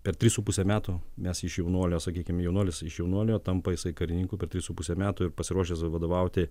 per tris su puse metų mes iš jaunuolio sakykim jaunuolis iš jaunuolio tampa jisai karininku per tris su puse metų ir pasiruošęs vadovauti